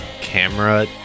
camera